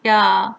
ya